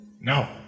no